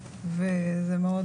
זו ישיבה שנייה.